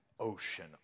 ocean